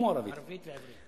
ערבית ועברית.